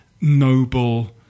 Noble